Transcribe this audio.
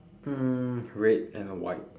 um red and white